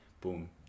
boom